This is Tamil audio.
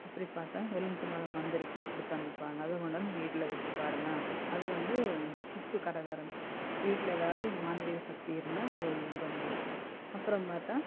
அப்படி பார்த்தா எலும்ச்சம்பழம் மந்திரிச்சு கொடுத்து அனுப்புவாங்க அதை கொண்டாந்து வீட்டில் வச்சி பாருங்கள் அது வந்து சுத்து கடைக்காரன் வீட்டில் எதாவது மாந்திரீகம் சக்தி இருந்தா அது இது பண்ணிரும் அப்புறோம் பார்த்தா